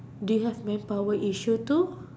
do you have man power issue too